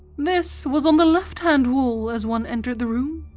this was on the left-hand wall as one entered the room.